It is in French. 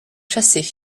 chasser